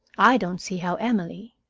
i don't see how emily